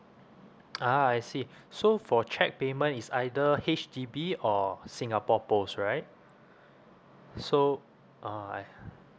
ah I see so for cheque payment it's either H_D_B or singapore post right so uh I